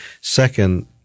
Second